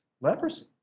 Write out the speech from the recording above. leprosy